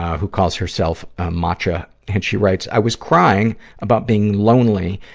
who calls herself ah matcha. and she writes, i was crying about being lonely,